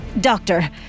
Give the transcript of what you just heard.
Doctor